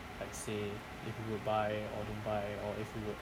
let's say if you buy or don't buy or if you